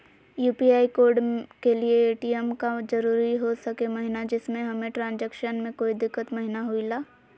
UPI code के लिए ATM का जरूरी हो सके महिना जिससे हमें ट्रांजैक्शन में कोई दिक्कत महिना हुई ला?